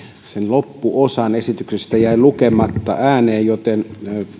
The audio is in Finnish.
esityksen loppuosa lukematta ääneen joten